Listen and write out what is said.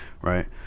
right